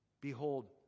Behold